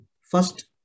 first